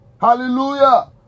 Hallelujah